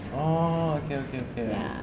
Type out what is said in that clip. oh okay okay okay